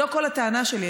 זו כל הטענה שלי.